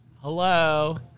hello